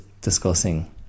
discussing